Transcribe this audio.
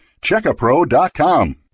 Checkapro.com